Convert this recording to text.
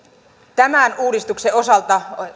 tämän uudistuksen osalta